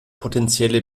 potenzielle